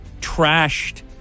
trashed